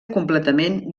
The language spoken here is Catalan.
completament